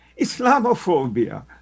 Islamophobia